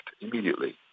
immediately